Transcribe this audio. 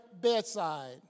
bedside